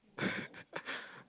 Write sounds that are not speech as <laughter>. <laughs>